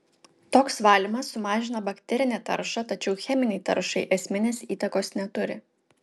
toks valymas sumažina bakterinę taršą tačiau cheminei taršai esminės įtakos neturi